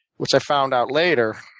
which i found out later,